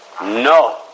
No